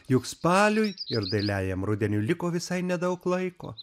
juk spaliui ir dailiajam rudeniui liko visai nedaug laiko